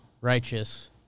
righteous